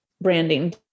branding